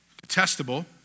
Detestable